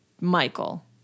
Michael